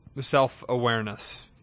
self-awareness